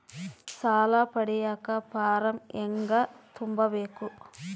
ಸಾಲ ಪಡಿಯಕ ಫಾರಂ ಹೆಂಗ ತುಂಬಬೇಕು?